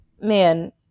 man